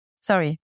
Sorry